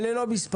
אלה לא מספרים.